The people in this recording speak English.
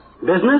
Business